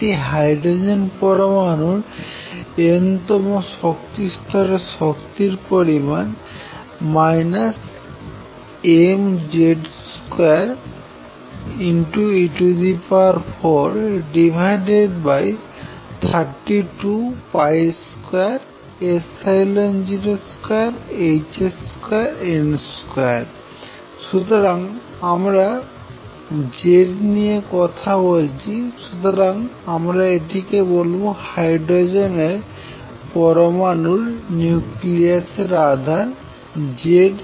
একটি হাইড্রোজেন পরমাণুর n তম শক্তিস্তরের শক্তির পরিমাণ mz2e432202h2n2 যেহেতু আমরা Z নিয়ে কথা বলছি সুতরাং আমরা এটিকে বলবো হাইড্রোজেন এর মত পরমাণুর নিউক্লিয়াসের আধান Ze